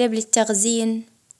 وما تتراكمش عليه.